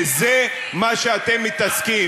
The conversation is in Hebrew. וזה מה שאתם מתעסקים